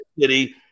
city